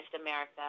America